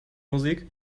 musik